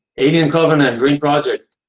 alien covenant, great project.